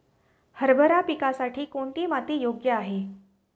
हरभरा पिकासाठी कोणती माती योग्य आहे?